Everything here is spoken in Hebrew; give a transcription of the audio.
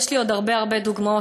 יש לי עוד הרבה הרבה דוגמאות,